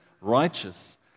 righteous